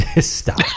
Stop